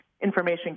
information